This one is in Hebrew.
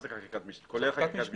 כולל חקיקת משנה.